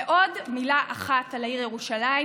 ועוד מילה אחת על העיר ירושלים,